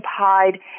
occupied